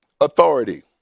authority